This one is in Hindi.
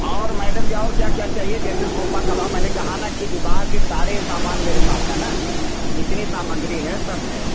और मैडम जी और क्या क्या चाहिए जैसे सोफा के अलावा मैंने कहा न कि विवाह के सारे सामान मेरे पास है न जितनी सामग्री है सब है